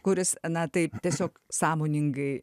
kuris na taip tiesiog sąmoningai